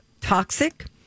Toxic